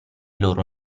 loro